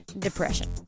depression